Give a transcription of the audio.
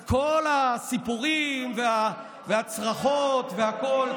אז כל הסיפורים והצרחות והכול,